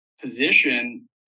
position